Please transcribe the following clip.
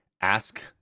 ask